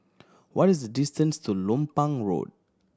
what is the distance to Lompang Road